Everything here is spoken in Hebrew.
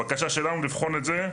הבקשה שלנו לבחון את זה.